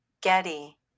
Getty